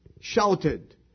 shouted